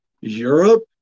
Europe